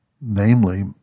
namely